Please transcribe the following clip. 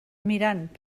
mirant